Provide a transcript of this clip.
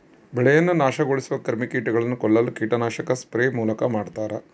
ಬೆಳೆಯನ್ನು ನಾಶಗೊಳಿಸುವ ಕ್ರಿಮಿಕೀಟಗಳನ್ನು ಕೊಲ್ಲಲು ಕೀಟನಾಶಕ ಸ್ಪ್ರೇ ಮೂಲಕ ಮಾಡ್ತಾರ